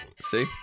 See